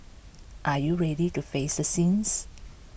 are you ready to face the sins